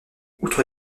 outre